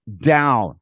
down